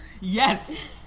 Yes